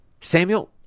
Samuel